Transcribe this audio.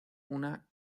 una